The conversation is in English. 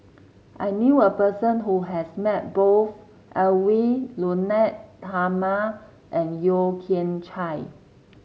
I knew a person who has met both Edwy Lyonet Talma and Yeo Kian Chye